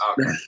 Okay